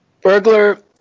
Burglar